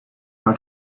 how